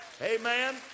Amen